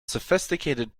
sophisticated